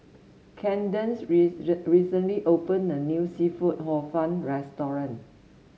Candace recently opened a new seafood Hor Fun